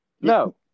no